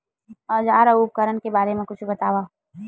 औजार अउ उपकरण के बारे मा कुछु बतावव?